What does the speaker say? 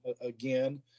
again